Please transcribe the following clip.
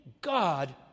God